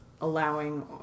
allowing